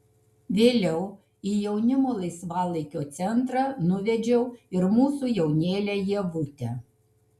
vėliau į jaunimo laisvalaikio centrą nuvedžiau ir mūsų jaunėlę ievutę